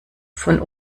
von